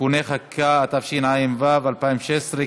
(תיקוני חקיקה), התשע"ו 2016,